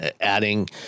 adding